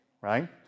right